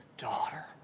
Daughter